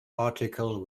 article